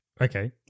Okay